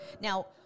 Now